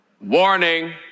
Warning